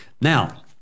Now